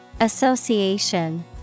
Association